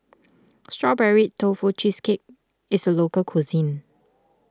Strawberry Tofu Cheesecake is a local cuisine